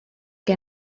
que